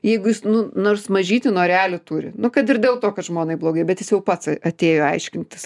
jeigu jis nu nors mažytį norelį turi nu kad ir dėl to kad žmonai blogai bet jis jau pats atėjo aiškintis